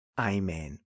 Amen